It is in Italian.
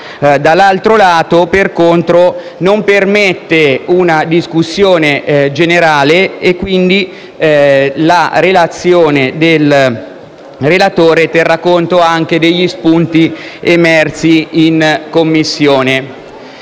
dall'altro, per contro, non permette una discussione generale, quindi la mia relazione terrà conto anche degli spunti emersi in Commissione.